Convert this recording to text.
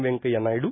Venkaiah Naidu